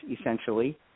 essentially